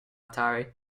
atari